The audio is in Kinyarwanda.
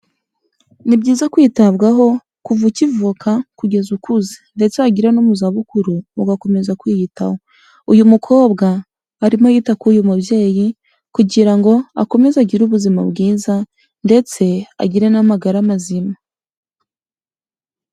Ni byiza kwitabwaho kuva ukivuka kugeza ukuze ndetse wagera no mu za bukuru ugakomeza kwiyitaho. Uyu mukobwa arimo yita ku uyu mubyeyi kugira ngo akomeze agire ubuzima bwiza ndetse agire n'amagara mazima.